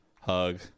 hug